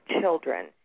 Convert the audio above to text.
children